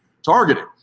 Targeting